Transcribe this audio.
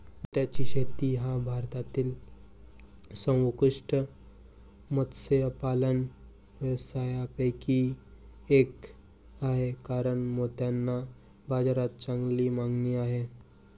मोत्याची शेती हा भारतातील सर्वोत्कृष्ट मत्स्यपालन व्यवसायांपैकी एक आहे कारण मोत्यांना बाजारात चांगली मागणी आहे